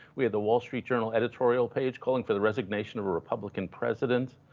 we had the wall street journal editorial page calling for the resignation of a republican president.